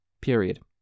Period